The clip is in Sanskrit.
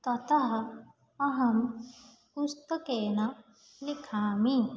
ततः अहं पुस्तकेन लिखामि